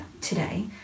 today